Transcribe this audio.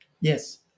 Yes